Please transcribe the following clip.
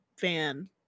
fan